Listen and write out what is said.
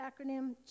acronym